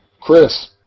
Chris